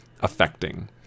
affecting